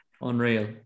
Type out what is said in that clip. Unreal